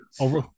Over